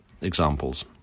examples